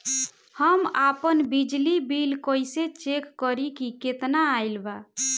हम आपन बिजली बिल कइसे चेक करि की केतना आइल बा?